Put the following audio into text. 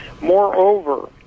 Moreover